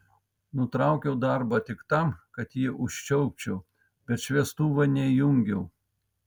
nutraukiau darbą tik tam kad jį užčiaupčiau bet šviestuvo neįjungiau